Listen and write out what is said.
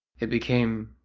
it became,